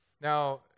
Now